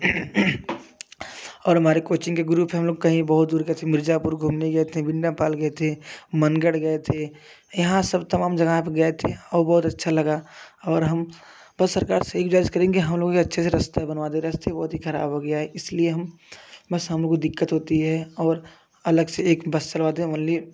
और हमारे कोचिंग के ग्रुप है हम लोग कहीं बहुत दूर गए थे मिर्ज़ापुर घूमने गए थे फ़िर नेपाल गए थे मनगढ़ गए थे यहाँ सब तमाम जगह पर गए थे और बहुत अच्छा लगा और हम बस सरकार से यही गुज़ारिश करेंगे हम लोग अच्छे से रस्ता बनवा दें रस्ता बहुत ही खराब हो गया इसलिए हम बस हमको दिक्कत होती है और अलग से एक बस चलवा दें ओनली